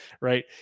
right